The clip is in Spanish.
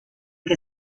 que